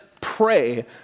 pray